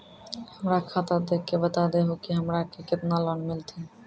हमरा खाता देख के बता देहु के हमरा के केतना लोन मिलथिन?